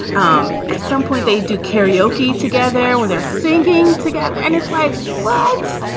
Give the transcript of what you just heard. um at some point they do karaoke together with their singing together and it's like slutz,